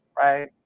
right